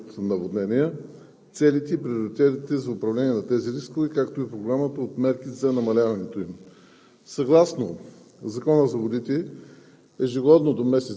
планове съдържат картите за заплахата и рисковете от наводнения, целите и предотвратяването на тези рискове, както и Програмата от мерки за намаляването им.